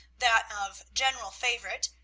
that of general favorite,